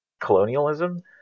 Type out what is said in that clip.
colonialism